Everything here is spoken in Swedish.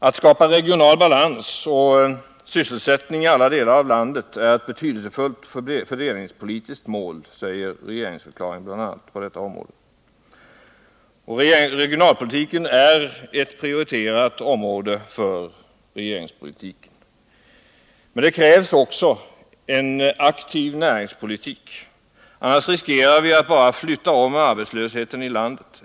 Att skapa regional balans och sysselsättning i alla delar av landet är ett betydelsefullt fördelningspolitiskt mål, säger regeringsförklaringen på detta område bl.a. Regionalpolitiken är ett prioriterat område för regeringspolitiken. Men det krävs också en aktiv näringspolitik. Annars riskerar vi att bara flytta om arbetslösheten i landet.